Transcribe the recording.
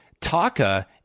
Taka